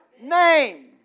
Name